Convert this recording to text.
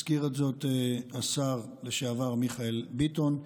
הזכיר את זאת השר לשעבר מיכאל ביטון: